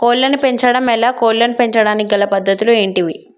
కోళ్లను పెంచడం ఎలా, కోళ్లను పెంచడానికి గల పద్ధతులు ఏంటివి?